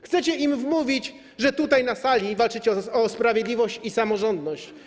Chcecie im wmówić, że tutaj na sali walczycie o sprawiedliwość i samorządność.